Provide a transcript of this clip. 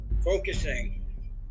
focusing